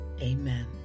Amen